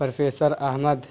professor Ahmad